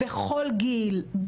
בכל גיל,